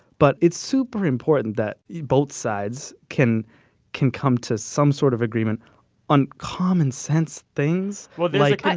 but it's super important that both sides can can come to some sort of agreement on common-sense things well, like